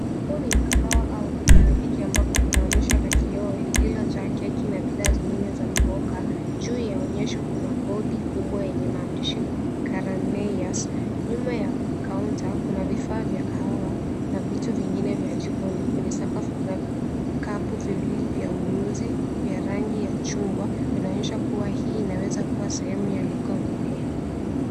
Huu ni mkahawa au duka la keki ambapo kuna onyesho la kioo lililo jaa keki na bidhaa zingine za kuoka, juu ya onyesho kuna bodi kubwa yenye maandishi karaneyas nyuma ya kaunta kuna vifaa vya kahawa na vitu vingine vya jikoni kwenye sakafu kuna vikapu viwili vya ununuzi vya rangi ya chungwa vinaonyesha kuwa hii inaweza kuwa sehemu ya duka kubwa.